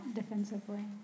defensively